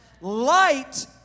Light